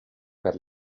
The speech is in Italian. per